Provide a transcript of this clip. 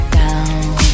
down